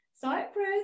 Cyprus